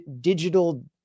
digital